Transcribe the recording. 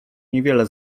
niewiele